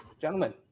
gentlemen